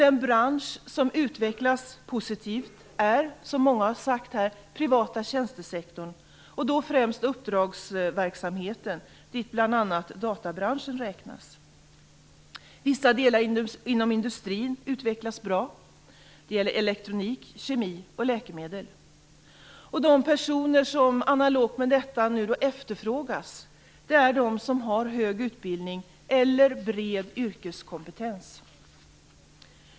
En bransch som utvecklas positivt är, som många här har sagt, den privata tjänstesektorn, främst uppdragsverksamheten, dit bl.a. databranschen räknas. Vissa delar inom industrin utvecklas bra. Det gäller elektronik-, kemi och läkemedelsindustrin. De personer som analogt med detta nu efterfrågas är de som har hög utbildning eller bred yrkeskompetens.